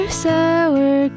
sour